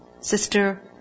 sister